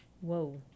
Whoa